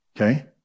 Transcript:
Okay